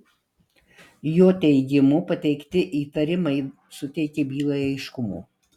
jo teigimu pateikti įtarimai suteikia bylai aiškumo